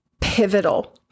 pivotal